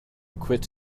quit